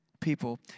people